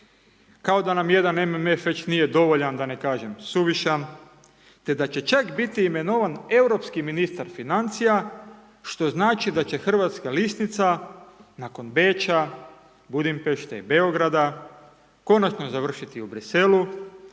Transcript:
kao da nam jedan MMF već nije dovoljan, da ne kažem suvišan, te da će čak biti imenovan europski ministar financija, što znači da će hrvatska lisnica nakon Beča, Budimpešte i Beograda, konačno završiti u Bruxellesu,